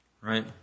right